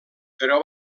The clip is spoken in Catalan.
però